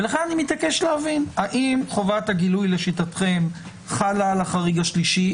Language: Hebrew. ולכן אני מתעקש להבין האם חובת הגילוי לשיטתכם חלה על החריג השלישי?